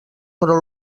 però